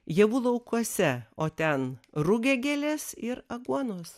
javų laukuose o ten rugiagėlės ir aguonos